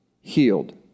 healed